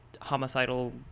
homicidal